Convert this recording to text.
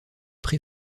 pré